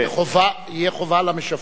תהיה חובה למשווקים,